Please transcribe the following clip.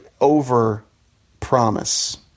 over-promise